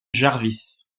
jarvis